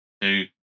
two